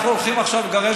הוא לא מדבר על אוקראינים.